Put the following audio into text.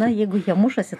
na jeigu jie mušasi